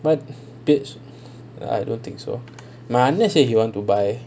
but I don't think so my நான் என்ன:naan enna say he want to buy